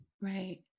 Right